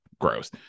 gross